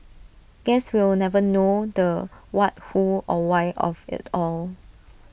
guess we'll never know the what who or why of IT all